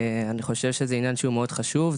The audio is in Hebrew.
אני חושב שזה עניין שהוא מאוד חשוב.